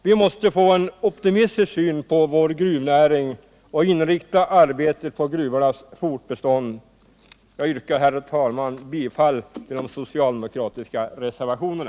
Vi måste få en optimistisk syn på vår gruvnäring och inrikta arbetet på gruvornas fortbestånd. Jag yrkar, herr talman, bifall till de socialdemokratiska reservationerna.